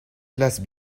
classes